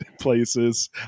places